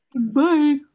Bye